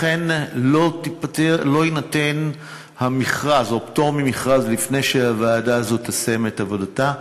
אכן לא יינתן פטור ממכרז לפני שהוועדה הזאת תסיים את עבודתה,